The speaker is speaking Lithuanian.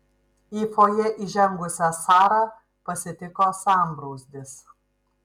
į fojė įžengusią sarą pasitiko sambrūzdis